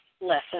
lesson